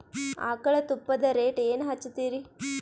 ಆಕಳ ತುಪ್ಪದ ರೇಟ್ ಏನ ಹಚ್ಚತೀರಿ?